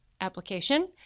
application